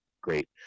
great